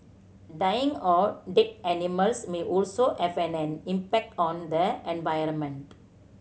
dying or dead animals may also have an an impact on the environment